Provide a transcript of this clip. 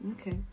okay